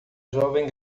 jovem